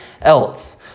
else